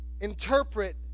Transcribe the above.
interpret